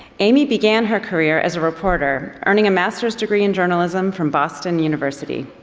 amy began her career as a reporter earning a master's degree in journalism from boston university.